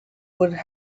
would